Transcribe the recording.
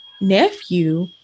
nephew